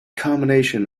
combination